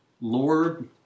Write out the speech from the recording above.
Lord